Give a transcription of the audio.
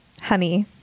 Honey